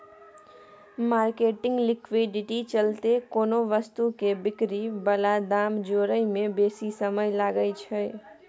marketing liquidity चलते कोनो वस्तु के बिक्री बला दाम जोड़य में बेशी समय लागइ छइ